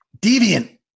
deviant